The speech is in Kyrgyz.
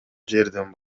жердин